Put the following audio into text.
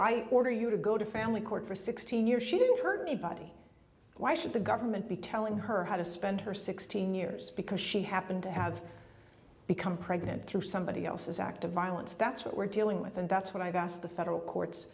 i order you to go to family court for sixteen years she didn't hurt anybody why should the government be telling her how to spend her sixteen years because she happened to have become pregnant through somebody else's act of violence that's what we're dealing with and that's what i've asked the federal courts